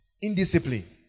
indiscipline